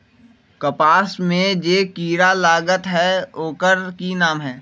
कपास में जे किरा लागत है ओकर कि नाम है?